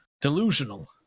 delusional